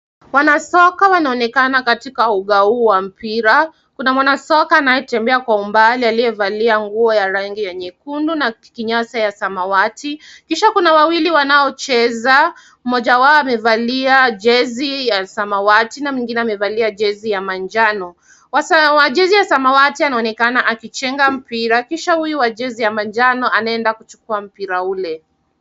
Wanasoka wanaonekana katika uga huu wa mpria, kuna mwanasoka anayetembea kwa umbali aliyevalia nguo ya rangi ya nyekundu na kinyasa ya samawati. Kisha kuna wawili wanaocheza, mmoja wao amevalia jezi ya samawati na mwingine amevalia jezi ya manjano. Wa jezi ya samawati anaonekana akichenga mpira, kisha huyu wa jezi ya manjano anaenda kuchukua mpira ule.